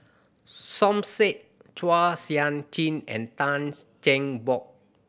Som Said Chua Sian Chin and Tans Cheng Bock